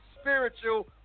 spiritual